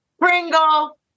Pringle